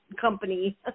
company